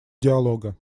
диалога